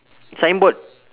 signboard